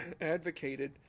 advocated